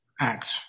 act